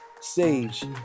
Sage